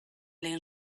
lehen